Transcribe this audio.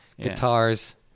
Guitars